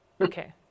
Okay